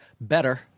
better